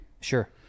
Sure